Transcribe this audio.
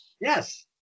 Yes